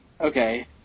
okay